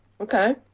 Okay